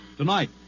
Tonight